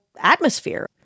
atmosphere